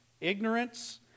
ignorance